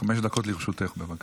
דקות לרשותך, בבקשה.